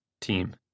Team